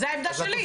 זאת העמדה שלי.